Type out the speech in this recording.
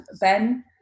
ben